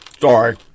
Sorry